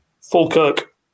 Falkirk